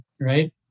right